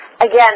again